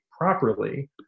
Properly